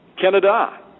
Canada